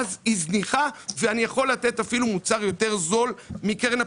ואז היא זניחה ואני יכול לתת אפילו מוצר יותר זול מקרן הפנסיה.